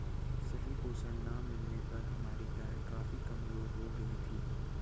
सही पोषण ना मिलने पर हमारी गाय काफी कमजोर हो गयी थी